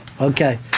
Okay